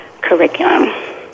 curriculum